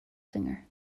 singer